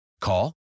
Call